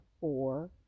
four